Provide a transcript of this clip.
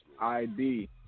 ID